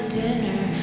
dinner